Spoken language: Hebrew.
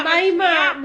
אבל שנייה,